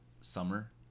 summer